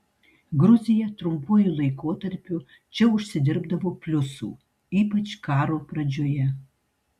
gruzija trumpuoju laikotarpiu čia užsidirbdavo pliusų ypač karo pradžioje